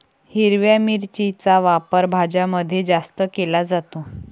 हिरव्या मिरचीचा वापर भाज्यांमध्ये जास्त केला जातो